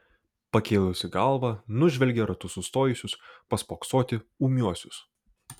pakėlusi galvą nužvelgia ratu sustojusius paspoksoti ūmiuosius